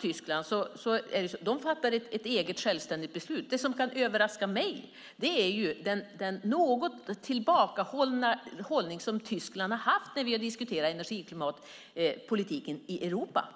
Tyskland fattade ett eget, självständigt beslut. Det som kan överraska mig är den något tillbakadragna hållning Tyskland har haft när vi har diskuterat energipolitiken i Europa.